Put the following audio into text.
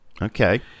Okay